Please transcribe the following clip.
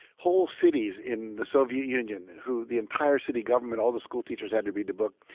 whole cities in the soviet union who the entire city government, all the school teachers had to read the book.